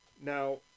Now